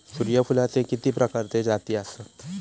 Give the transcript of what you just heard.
सूर्यफूलाचे किती प्रकारचे जाती आसत?